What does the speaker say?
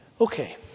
Okay